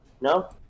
No